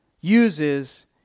uses